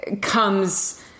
Comes